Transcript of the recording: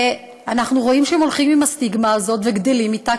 ואנחנו רואים שהם הולכים עם הסטיגמה הזאת וגדלים אתה,